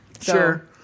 Sure